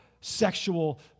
sexual